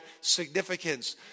significance